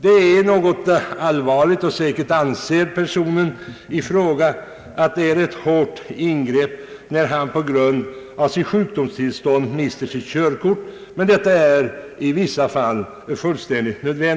Det är allvarligt — och säkert anser personen i fråga att det är ett hårt ingripande — när någon på grund av sitt sjukdomstillstånd «mister körkortet, men detta är i vissa fall nödvändigt.